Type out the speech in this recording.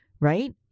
Right